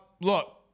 look